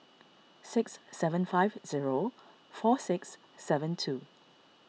six seven five zero four six seven two